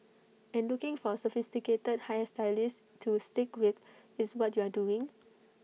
and looking for A sophisticated hair stylist to stick with is what you are doing